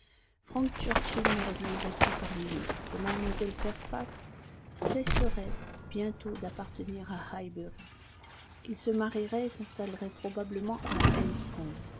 frank churchill ne reviendrait plus parmi eux et mlle fairfax cesserait bientôt d'appartenir à highbury ils se marieraient et s'installeraient probablement à